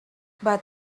but